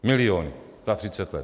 Miliony za 30 let.